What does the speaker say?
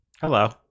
Hello